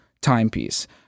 timepiece